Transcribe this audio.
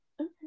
Okay